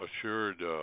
assured